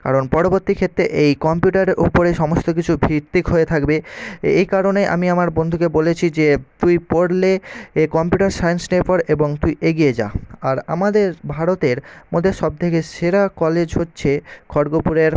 কারণ পরবর্তী ক্ষেত্রে এই কম্পিউটারের ওপরেই সমস্ত কিছু ভিত্তিক হয়ে থাকবে এই কারণে আমি আমার বন্ধুকে বলেছি যে তুই পড়লে এ কম্পিউটার সাইন্স নিয়ে পড় এবং তুই এগিয়ে যা আর আমাদের ভারতের মধ্যে সব থেকে সেরা কলেজ হচ্ছে খড়্গপুরের